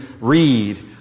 read